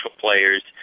players